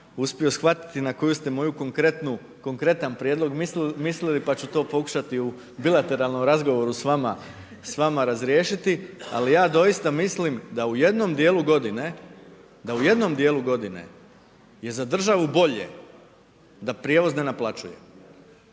uspio shvatiti na koju ste moj konkretan prijedlog mislili pa ću to pokušati u bilateralnom razgovoru s vama razriješiti. Ali ja doista mislim da u jednom djelu godine, da u jednom djelu godine je za državu bolje da prijevoz ne naplaćuje